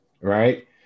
right